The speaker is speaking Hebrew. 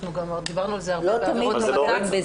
ודיברנו על זה הרבה בעבירות המתה,